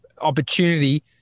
opportunity